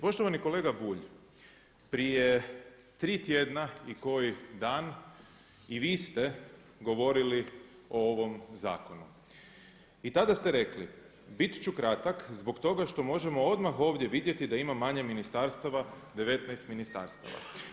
Poštovani kolega Bulj, prije 3 tjedna i koji dan i vi ste govorili o ovom zakonu i tada ste rekli bit ću kratak zbog toga što možemo odmah ovdje vidjeti da ima manje ministarstava 19 ministarstava.